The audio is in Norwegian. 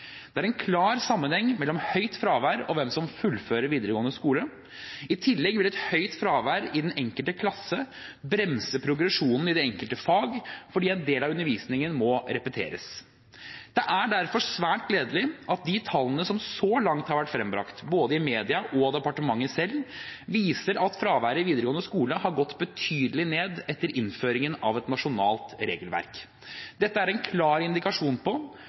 Det er en klar sammenheng mellom høyt fravær og hvem som fullfører videregående skole. I tillegg vil et høyt fravær i den enkelte klasse bremse progresjonen i det enkelte fag fordi en del av undervisningen må repeteres. Det er derfor svært gledelig at de tallene som så langt har vært frembrakt, både i media og av departementet selv, viser at fraværet i videregående skole har gått betydelig ned etter innføringen av et nasjonalt regelverk. Dette er en klar indikasjon på